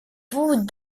bout